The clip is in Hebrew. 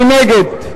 מי נגד?